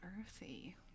earthy